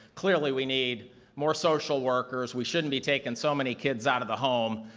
clearly, we need more social workers, we shouldn't be taking so many kids out of the home.